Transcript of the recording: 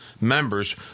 members